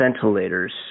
ventilators